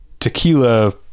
Tequila